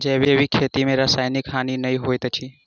जैविक खेती में रासायनिक हानि नै होइत अछि